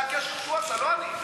זה הקשר שהוא עשה, לא אני.